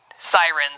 Sirens